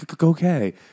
okay